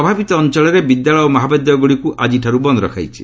ପ୍ରଭାବିତ ଅଞ୍ଚଳରେ ବିଦ୍ୟାଳୟ ଓ ମହାବିଦ୍ୟାଳୟଗୁଡ଼ିକୁ ଆଜି ବନ୍ଦ୍ ରଖାଯାଇଛି